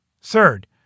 Third